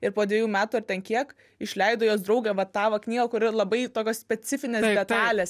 ir po dvejų metų ar ten kiek išleido jos draugė vat tą knygą kuri labai tokios specifinės detalės